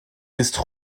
ist